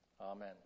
Amen